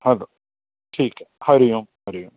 हलो ठीकु आहे हरिओम हरिओम